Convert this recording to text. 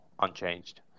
unchanged